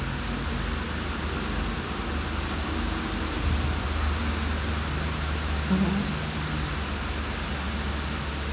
mmhmm